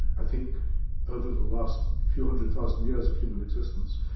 i think over the last few hundred thousand years of human existence,